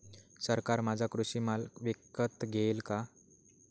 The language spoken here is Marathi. सरकार माझा कृषी माल विकत घेईल का?